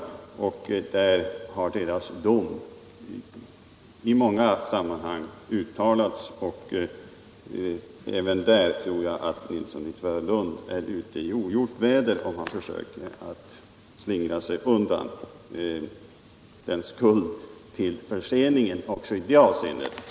Deras dom har uttalats i många sammanhang. Även där tror jag att herr Nilsson i Tvärålund är ute i ogjort väder om han försöker slingra sig undan den skuld till förseningen som han, såvitt jag ser det, bär.